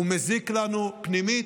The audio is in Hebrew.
הוא מזיק לנו פנימית,